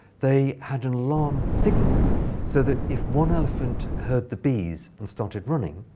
they had an alarm signal so that, if one elephant heard the bees and started running,